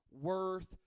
worth